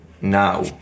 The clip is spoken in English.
now